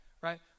right